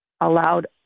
allowed